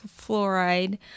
fluoride